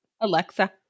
Alexa